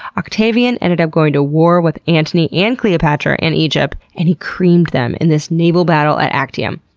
octavian ended up going to war with antony and cleopatra and egypt and he creamed them in this naval battle at actium.